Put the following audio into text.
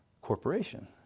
corporation